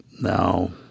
Now